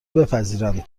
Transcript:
بپذیرند